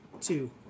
two